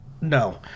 No